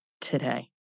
today